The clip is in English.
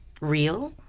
real